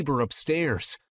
upstairs